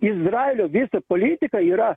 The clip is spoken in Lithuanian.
o izraelio visa politika yra